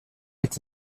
est